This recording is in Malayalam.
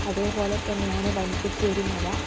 അതേപോലെ തന്നെയാണ് വരിക്കശ്ശേരി മന